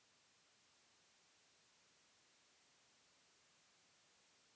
भईया तनि देखती हमरे खाता मे पैसा आईल बा की ना?